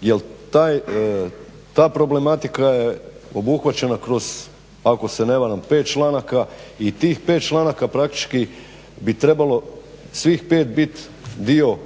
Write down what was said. Jer ta problematika je obuhvaćena kroz ako se ne varam pet članaka i tih pet članaka praktički bi trebalo svih pet biti dio